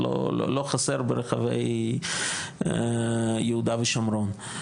לא חסר ברחבי יהודה ושומרון.